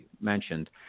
mentioned